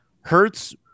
Hertz